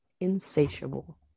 insatiable